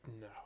No